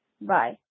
bye